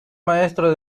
maestro